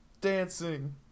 Dancing